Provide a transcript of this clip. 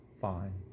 fine